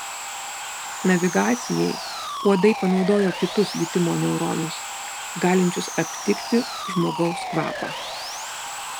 navigacijai uodai panaudojo kitus jutimo neuronus galinčius aptikti žmogaus kvapą